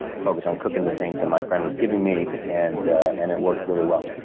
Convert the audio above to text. focused on cooking the things that my friend was giving me, and and it worked really well.